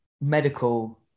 medical